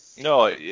No